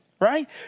right